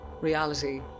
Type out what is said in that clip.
reality